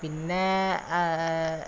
പിന്നെ